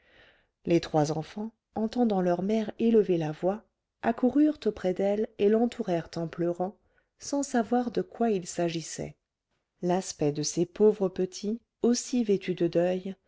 les trois enfants entendant leur mère élever la voix accoururent auprès d'elle et l'entourèrent en pleurant sans savoir de quoi il s'agissait l'aspect de ces pauvres petits aussi vêtus de deuil